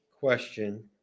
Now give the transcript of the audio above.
question